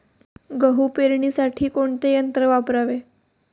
गहू पेरणीसाठी कोणते यंत्र वापरावे?